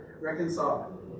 reconcile